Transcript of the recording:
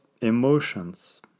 emotions